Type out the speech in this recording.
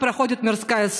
(אומרת דברים ברוסית.)